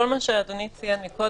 כל מה שאדוני ציין קודם,